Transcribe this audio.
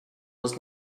was